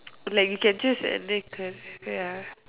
like you can choose any career ya